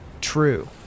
True